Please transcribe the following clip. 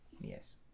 yes